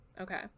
Okay